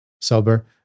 sober